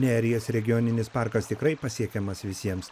neries regioninis parkas tikrai pasiekiamas visiems